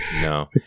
No